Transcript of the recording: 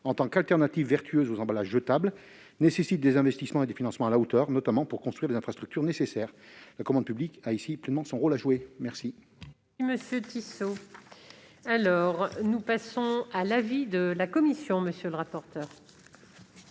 en tant qu'alternative vertueuse aux emballages jetables, nécessite des investissements et des financements à la hauteur, notamment pour construire les infrastructures nécessaires. La commande publique a ici pleinement son rôle à jouer. Quel est l'avis de la commission ? La